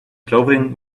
clothing